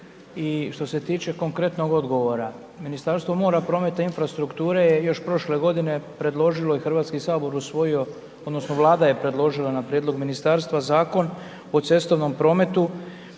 i što se tiče konkretnog odgovora, Ministarstvo mora, prometa i infrastrukture, je još prošle godine, predložilo i Hrvatski sabor usvojio, odnosno, vlada je predložila na prijedlog ministarstva, zakon o cestovnom prometu,